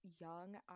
young